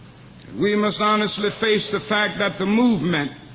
we must honestly face the fact that the movement